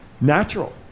natural